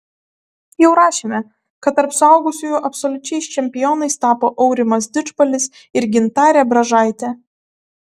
jau rašėme kad tarp suaugusiųjų absoliučiais čempionais tapo aurimas didžbalis ir gintarė bražaitė